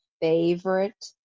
favorite